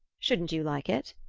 shouldn't you like it?